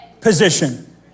position